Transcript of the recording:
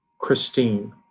Christine